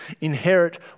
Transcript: inherit